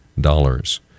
dollars